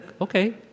okay